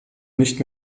nicht